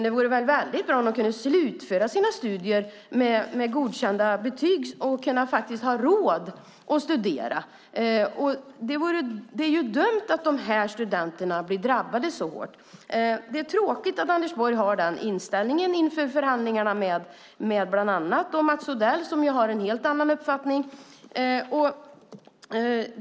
Det vore väl bra om de hade råd att studera och kunde slutföra sina studier med godkända betyg. Det är dumt att dessa studenter drabbas så hårt, och det är tråkigt att Anders Borg har den inställningen inför förhandlingarna med bland annat Mats Odell, som ju har en helt annan uppfattning.